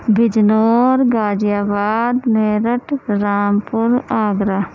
Bijnor Ghaziabad Meerut Rampur Agra